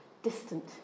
Distant